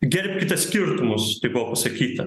gerbkite skirtumus taip buvo pasakyta